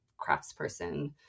craftsperson